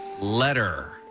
letter